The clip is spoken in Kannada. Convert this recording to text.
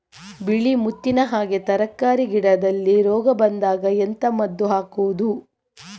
ಬಿಳಿ ಮುತ್ತಿನ ಹಾಗೆ ತರ್ಕಾರಿ ಗಿಡದಲ್ಲಿ ರೋಗ ಬಂದಾಗ ಎಂತ ಮದ್ದು ಹಾಕುವುದು?